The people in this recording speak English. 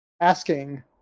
asking